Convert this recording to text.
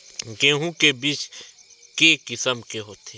गेहूं के बीज के किसम के होथे?